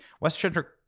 Westchester